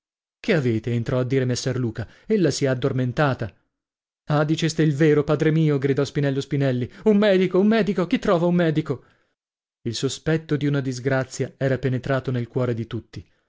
che avete entrò a dire messer luca ella si è addormentata ah diceste il vero padre mio gridò spinello spinelli un medico un medico chi trova un medico il sospetto di una disgrazia era penetrato nel cuore di tutti